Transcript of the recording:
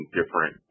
different